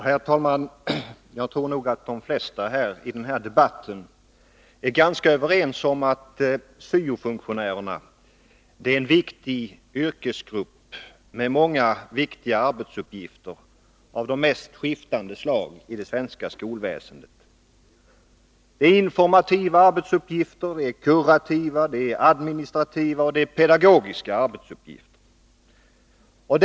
Herr talman! Jag tror att de flesta som deltar i den här debatten är ganska överens om att syo-funktionärerna är en viktig yrkesgrupp med många viktiga arbetsuppgifter av de mest skiftande slag i det svenska skolväsendet. De har informativa, kurativa, administrativa och pedagogiska arbetsuppgifter.